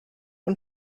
und